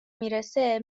میرسه